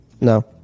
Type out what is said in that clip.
No